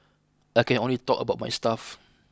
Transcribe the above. I can only talk about my stuff